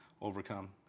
overcome